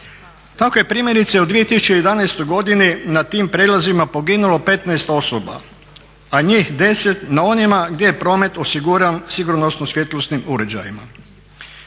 Tako je primjerice u 2011. godini na tim prijelazima poginulo 15 osoba, a njih 10 na onima gdje je promet osiguran sigurnosno-svjetlosnim uređajima.